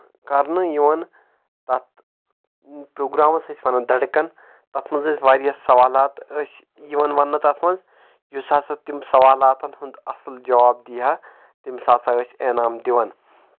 کرُن کرنہٕ یِوان تتھ پروگرامس ٲسۍ ونان دڑکن تتھ منٛز ٲسۍ واریاہ سوالات ٲسۍ یِوان وننہٕ تتھ منٛز یُس ہسا تِم سوالاتن ہُنٛد اَصل جواب دِہا تٔمِس ہسا ٲسۍ اینام دِوان